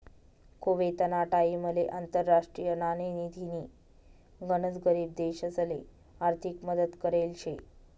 कुवेतना टाइमले आंतरराष्ट्रीय नाणेनिधीनी गनच गरीब देशसले आर्थिक मदत करेल शे